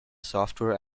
software